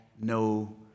no